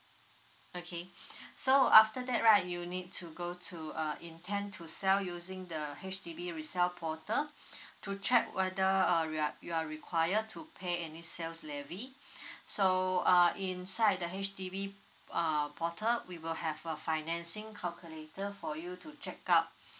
okay so after that right you need to go to uh intend to sell using the H_D_B resell portal to check whether uh you're you are required to pay any sales levy so uh inside the H_D_B uh portal we will have a financing calculator for you to check out